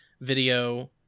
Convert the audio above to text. video